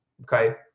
Okay